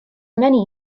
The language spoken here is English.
many